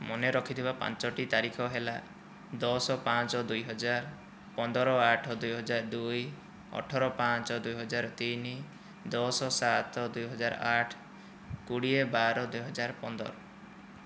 ମନେ ରଖିଥିବା ପାଞ୍ଚଟି ତାରିଖ ହେଲା ଦଶ ପାଞ୍ଚ ଦୁଇ ହଜାର ପନ୍ଦର ଆଠ ଦୁଇ ହଜାର ଦୁଇ ଅଠର ପାଞ୍ଚ ଦୁଇ ହଜାର ତିନି ଦଶ ସାତ ଦୁଇ ହଜାର ଆଠ କୋଡ଼ିଏ ବାର ଦୁଇ ହଜାର ପନ୍ଦର